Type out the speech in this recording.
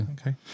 okay